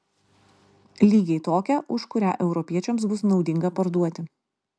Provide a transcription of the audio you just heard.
lygiai tokią už kurią europiečiams bus naudinga parduoti